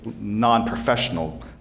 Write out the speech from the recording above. non-professional